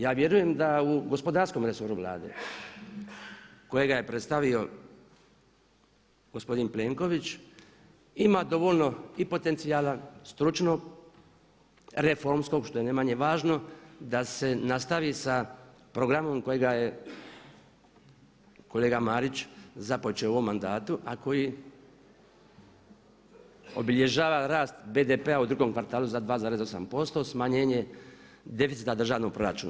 Ja vjerujem da u gospodarskom resoru Vlade kojega je predstavio gospodin Plenković ima dovoljno i potencijala stručnog, reformskog što je ne manje važno, da se nastavi sa programom kojega je kolega Marić započeo u ovom mandatu a koji obilježava rast BDP-a u drugom kvartalu za 2,8%, smanjenje deficita državnog proračuna.